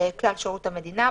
לכלל שירות המדינה.